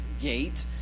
gate